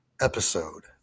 episode